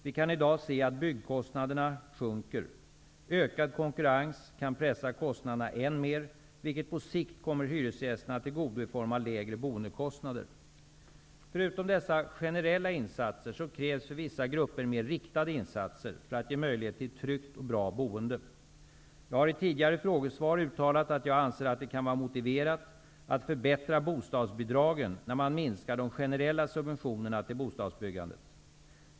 Vi kan i dag se att byggkostnaderna sjunker. Ökad konkurrens kan pressa kostnaderna än mer, vilket på sikt kommer hyresgästerna till godo i form av lägre boendekostnader. Förutom dessa generella insatser krävs för vissa grupper mer riktade insatser för att ge möjlighet till ett tryggt och bra boende. Jag har i tidigare frågesvar uttalat att jag anser att det kan vara motiverat att förbättra bostadsbidragen när man minskar de generella subventionerna till bostadsbyggandet.